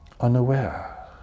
unaware